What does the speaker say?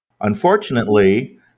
Unfortunately